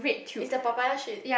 is the papaya sweet